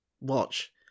watch